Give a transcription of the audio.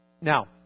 Now